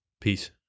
peace